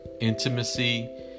intimacy